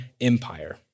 empire